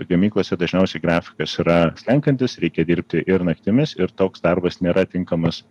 gamyklose dažniausiai grafikas yra slenkantis reikia dirbti ir naktimis ir toks darbas nėra tinkamas